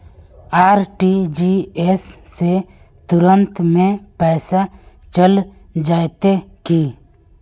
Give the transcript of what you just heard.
RTGS से तुरंत में पैसा चल जयते की?